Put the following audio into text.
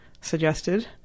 suggested